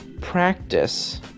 practice